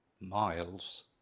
Miles